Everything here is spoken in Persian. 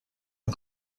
این